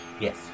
Yes